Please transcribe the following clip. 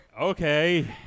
Okay